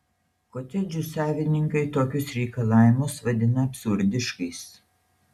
kotedžų savininkai tokius reikalavimus vadina absurdiškais